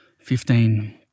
Fifteen